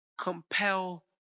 compel